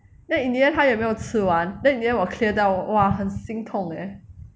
then in the end 他也没有吃完 then in the end 我 clear 到 !wah! 很心痛 leh